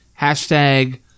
hashtag